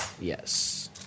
Yes